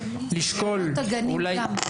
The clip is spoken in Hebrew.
לשקול --- את הגנים גם.